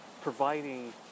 providing